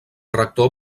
rector